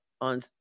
on